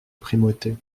primauté